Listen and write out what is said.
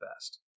best